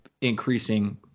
increasing